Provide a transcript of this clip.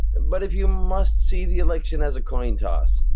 but if you must see the election as a coin toss,